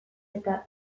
eta